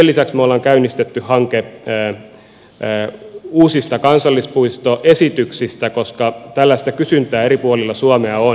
sen lisäksi me olemme käynnistäneet hankkeen uusista kansallispuistoesityksistä koska tällaista kysyntää eri puolilla suomea on